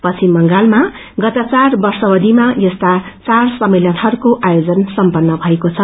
पश्चिम बंगालमा गत घार वर्षावधिमा यस्ता चार सम्मेलनहरूको आयोजन सम्पन्न भएको छ